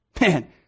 Man